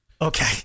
Okay